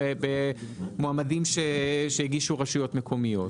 במועמדים שהגישו רשויות מקומיות.